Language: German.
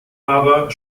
aber